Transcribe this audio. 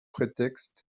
prétexte